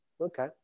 Okay